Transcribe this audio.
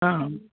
ആ